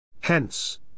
Hence